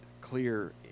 clear